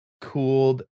cooled